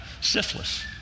syphilis